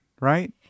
right